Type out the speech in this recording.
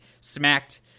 smacked